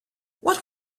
what